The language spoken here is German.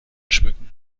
schmücken